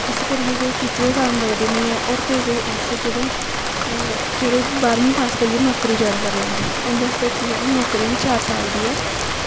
इस करियै जेह्ड़े टीचरें दे फार्म लगदे निं ऐ होर कोई कोई ऐसे जेह्ड़े जेह्ड़े बाहरमीं पास करियै नौकरी जाईन करी लैंदे उंदे आस्तै ठीक हून नौकरी बी चार साल दी ऐ